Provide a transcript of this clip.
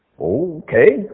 Okay